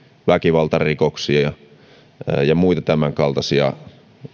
väkivaltarikoksia tai muita tämänkaltaisia